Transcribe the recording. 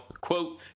quote